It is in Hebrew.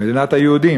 במדינת היהודים.